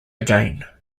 again